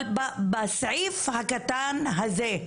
אבל בסעיף הקטן הזה,